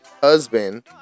husband